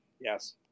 Yes